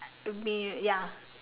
to me ya